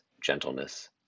gentleness